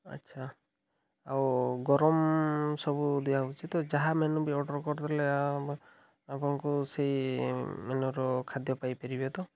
ଆଚ୍ଛା ଆଉ ଗରମ ସବୁ ଦିଆହେଉଛି ତ ଯାହା ମେନୁ ବି ଅର୍ଡ଼ର୍ କରିଦେଲେ ଆପଣଙ୍କୁ ସେଇ ମେନୁର ଖାଦ୍ୟ ପାଇପାରିବେ ତ